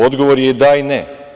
Odgovor je i da i ne.